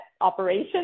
operation